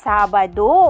Sabado